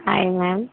hi ma'am